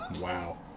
wow